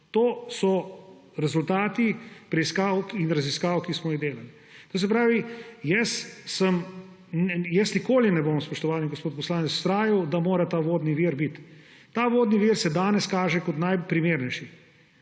To so rezultati preiskav in raziskav, ki smo jih delali. To se pravi, da nikoli ne bom, spoštovani gospod poslanec, vztrajal, da mora biti ta vodni vir; ta vodni vir se danes kaže kot najprimernejši